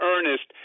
Ernest